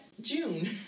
June